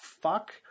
fuck